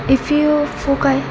if U F O काय